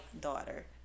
daughter